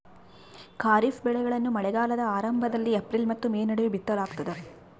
ಖಾರಿಫ್ ಬೆಳೆಗಳನ್ನ ಮಳೆಗಾಲದ ಆರಂಭದಲ್ಲಿ ಏಪ್ರಿಲ್ ಮತ್ತು ಮೇ ನಡುವೆ ಬಿತ್ತಲಾಗ್ತದ